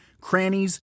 crannies